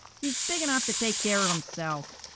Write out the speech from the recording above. he's big enough to take care of himself.